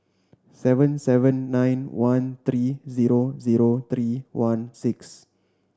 seven seven nine one three zero zero three one six